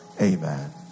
amen